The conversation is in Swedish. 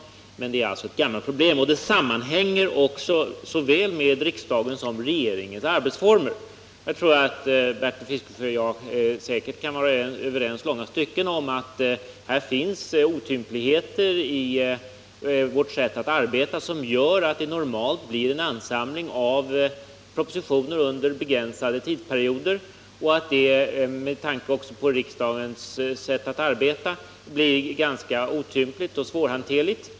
Jag upprepar att det är ett gammalt problem, som sammanhänger med såväl riksdagens som regeringens arbetsformer. Jag tror att Bertil Fiskesjö och jag kan vara överens i långa stycken om att det finns otympligheter i vårt sätt att arbeta som gör att det normalt blir ansamlingar av propositioner under begränsade tidsperioder. Även med tanke på riksdagens sätt att arbeta blir detta ganska otympligt och svårhanterligt.